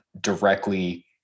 directly